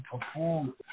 perform